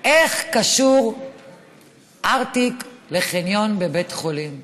איך קשור ארטיק לחניון בבית חולים.